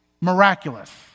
Miraculous